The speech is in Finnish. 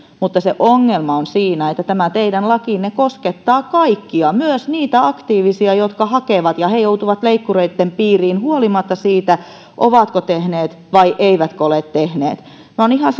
mutta se ongelma on siinä että tämä teidän lakinne koskettaa kaikkia myös niitä aktiivisia jotka hakevat ja he joutuvat leikkureitten piiriin huolimatta siitä ovatko tehneet vai eivätkö ole tehneet se on ihan